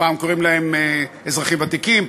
פעם קוראים להם אזרחים ותיקים,